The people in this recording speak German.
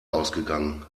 ausgegangen